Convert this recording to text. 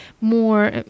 more